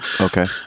Okay